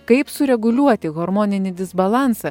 kaip sureguliuoti hormoninį disbalansą